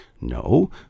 No